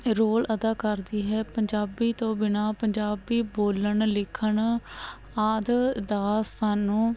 role ਅਦਾ ਕਰਦੀ ਹੈ ਪੰਜਾਬੀ ਤੋਂ ਬਿਨਾਂ ਪੰਜਾਬੀ ਬੋਲਣ ਲਿਖਣ ਆਦਿ ਦਾ ਸਾਨੂੰ